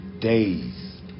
days